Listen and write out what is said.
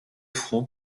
front